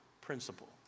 principle